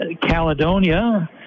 Caledonia